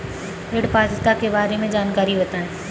ऋण पात्रता के बारे में जानकारी बताएँ?